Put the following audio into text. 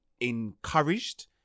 encouraged